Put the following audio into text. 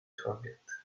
targets